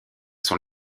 sont